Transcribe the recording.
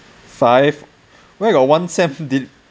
five wait got one sent from d~